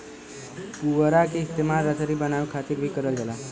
पुवरा क इस्तेमाल रसरी बनावे क खातिर भी करल जाला